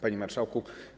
Panie Marszałku!